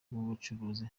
by’ubucuruzi